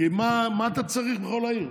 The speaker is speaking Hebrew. כי מה אתה צריך בכל העיר?